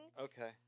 Okay